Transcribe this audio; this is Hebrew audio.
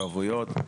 ערבויות,